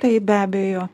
tai be abejo